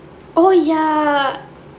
oh ya